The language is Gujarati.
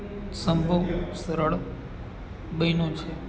સંભવ સરળ બન્યો છે